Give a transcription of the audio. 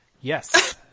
Yes